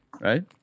right